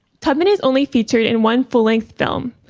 tubman is only featured in one full length film,